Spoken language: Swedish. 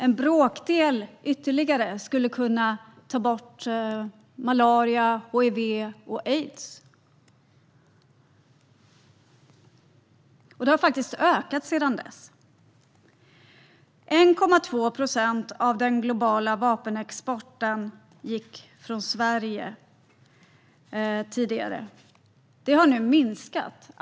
Ytterligare en bråkdel skulle kunna ta bort malaria, hiv och aids. Det har faktiskt ökat sedan dess. Av den globala vapenexporten gick tidigare 1,2 procent från Sverige.